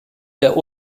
der